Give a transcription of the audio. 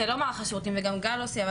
זה לא מערך השירותים, וגם גל לא סיים.